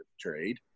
trade